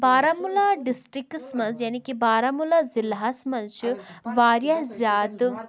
بارہمولہ ڈِسٹِرٛکَس منٛز یعنی کہِ بارہمولہ ضلعس منٛز چھِ وارِیاہ زیادٕ